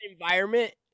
Environment